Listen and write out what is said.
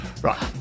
Right